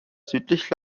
südlich